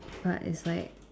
but it's like